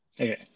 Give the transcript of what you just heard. Okay